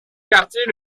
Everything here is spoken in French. quartier